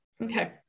Okay